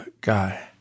guy